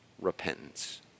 repentance